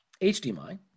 HDMI